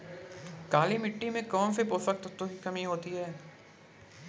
काली मिट्टी में कौनसे पोषक तत्वों की कमी होती है?